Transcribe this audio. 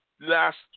last